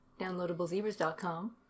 downloadablezebras.com